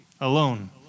Alone